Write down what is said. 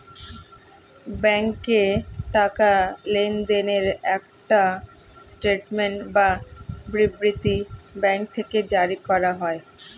ব্যাংকে টাকা লেনদেনের একটা স্টেটমেন্ট বা বিবৃতি ব্যাঙ্ক থেকে জারি করা হয়